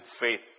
faith